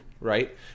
right